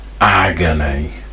Agony